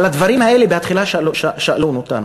על הדברים האלה בתחילה שאלו אותנו.